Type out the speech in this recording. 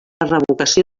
revocació